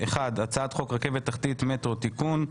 1. הצעת חוק רכבת תחתית (מטרו) (תיקון)